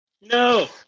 No